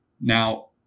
Now